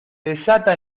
desata